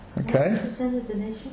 Okay